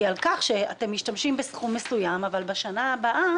היא על כך שאתם משתמשים בסכום מסוים אבל בשנה הבאה